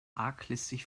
arglistig